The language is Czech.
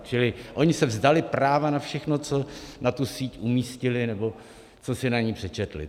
Čili oni se vzdali práva na všechno, co na tu síť umístili nebo co si na ní přečetli.